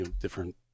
different